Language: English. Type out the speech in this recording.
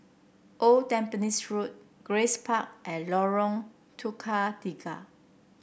Old Tampines Road Grace Park and Lorong Tukang Tiga